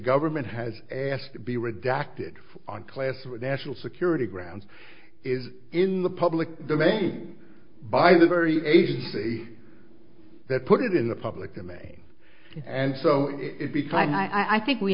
government has asked to be redacted on class or national security grounds is in the public domain by the very agency that put it in the public domain and so it be fine i think we